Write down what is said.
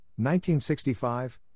1965